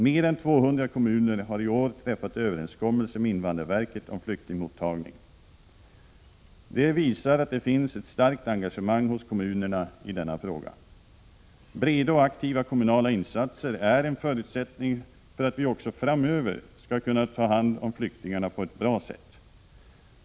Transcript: Mer än 200 kommuner har i år träffat överenskommelse med invandrarverket om flyktingmottagande. Det visar att det finns ett starkt engagemang hos kommunerna i denna fråga. Breda och aktiva kommunala insatser är en förutsättning för att vi också framöver skall kunna ta hand om flyktingarna på ett bra sätt.